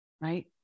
right